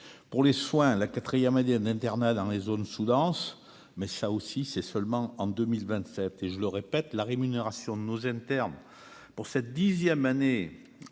pour les soins, la quatrième internat dans les zones sous-denses mais ça aussi, c'est seulement en 2027. Et je le répète, la rémunération de nos interne pour cette dixième année